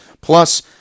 Plus